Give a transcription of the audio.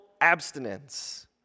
abstinence